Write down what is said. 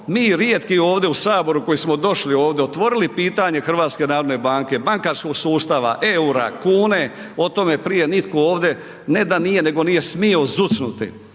mi rijetki ovdje u Saboru koji smo došli ovdje, otvorili pitanje HNB-a, bankarskog sustava, eura, kune o tome prije nitko ovdje ne da nije, nego nije smio zucnuti.